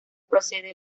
procede